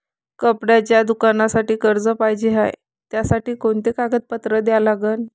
कपड्याच्या दुकानासाठी कर्ज पाहिजे हाय, त्यासाठी कोनचे कागदपत्र द्या लागन?